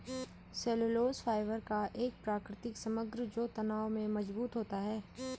cellulose fibre का एक प्राकृतिक समग्र जो तनाव में मजबूत होता है